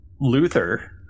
Luther